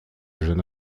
jeune